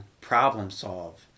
problem-solve